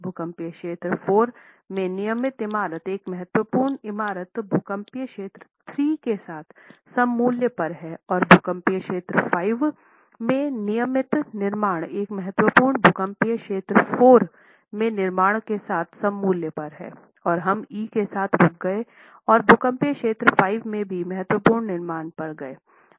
भूकंपीय क्षेत्र IV में नियमित इमारत एक महत्वपूर्ण इमारत भूकंपीय क्षेत्र III के साथ सममूल्य पर है और भूकंपीय क्षेत्र V में नियमित निर्माण एक महत्वपूर्ण भूकंपीय क्षेत्र IV में निर्माण के साथ सममूल्य पर है और हम ई के साथ रुक गए और भूकंपीय क्षेत्र V में भी महत्वपूर्ण निर्माण पर गए